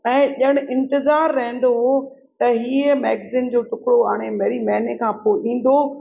ऐं ॼण इंतिज़ार रहिंदो हो त हीअ मैगज़िन जो टुकिड़ो हाणे वरी महीने खां पोइ ईंदो